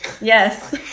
Yes